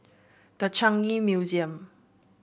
The Changi Museum